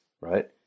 right